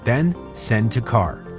then send to car.